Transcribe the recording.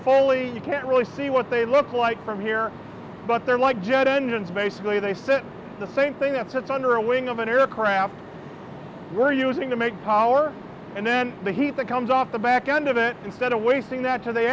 fully you can't really see what they look like from here but they're like jet engines basically they said the same thing that sits under a wing of an aircraft we're using to make power and then the heat that comes off the back end of it instead of wasting that to the